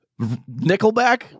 Nickelback